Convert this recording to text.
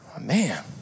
Man